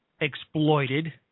exploited